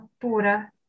pura